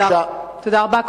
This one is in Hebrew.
תודה רבה.